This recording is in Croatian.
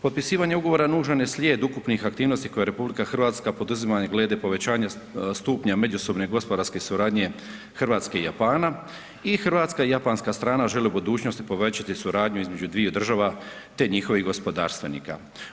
Potpisivanje ugovora nužan je slijed ukupnih aktivnosti koje RH poduzima glede povećanja stupnja međusobne gospodarske suradnje RH i Japana i hrvatska i japanska strana žele u budućnosti povećati suradnju između dviju država, te njihovih gospodarstvenika.